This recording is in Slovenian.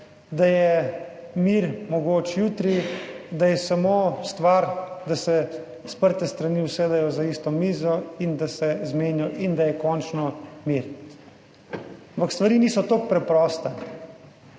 da je mir mogoč jutri, da je samo stvar, da se sprte strani usedejo za isto mizo, in da je končno mir. Ampak stvari niso toliko preproste.